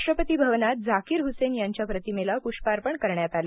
राष्ट्रपती भवनात झाकीर हुसेन यांच्या प्रतिमेला पुष्पार्पण करण्यात आलं